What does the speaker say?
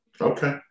Okay